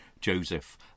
Joseph